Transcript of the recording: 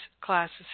classes